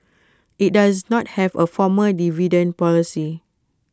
IT does not have A formal dividend policy